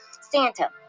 Santa